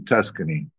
Tuscany